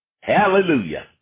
Hallelujah